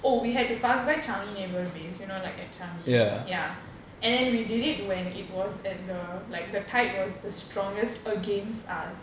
oh we had to pass by changi naval base you know like at changi ya and then we did it when it was at the like the tide was the strongest against us